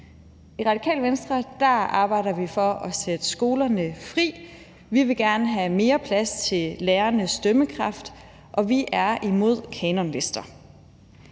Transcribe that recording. I Radikale Venstre arbejder vi for at sætte skolerne fri. Vi vil gerne have mere plads til lærernes dømmekraft, og vi er imod kanonlister.